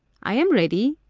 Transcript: i am ready,